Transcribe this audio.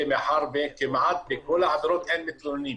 מאחר וכמעט בכל העבירות אין מתלוננים.